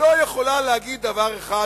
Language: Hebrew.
אז למה הממשלה לא יכולה להגיד דבר אחד